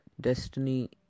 destiny